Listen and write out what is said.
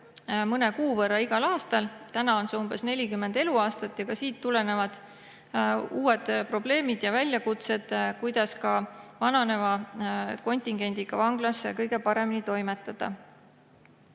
mõne kuu võrra igal aastal. Praegu on see umbes 40 eluaastat ja sellest tulenevad uued probleemid ja väljakutsed, kuidas vananeva kontingendiga vanglas kõige paremini toimetada.